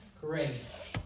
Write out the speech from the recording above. grace